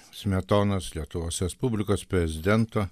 smetonos lietuvos respublikos prezidento